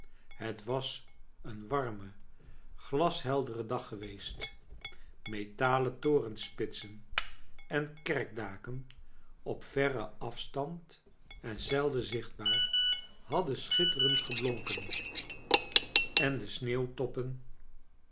het was een warme glasheldere dag geweest metalen torenspitsen en kerkdaken op verren afstand en zelden zichtbaar hadden schitterend geblonken en de